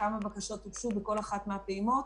כמה בקשות הוגשו בכל אחת מהפעימות.